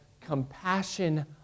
compassion